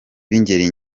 b’ingeri